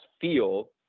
feel